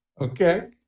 Okay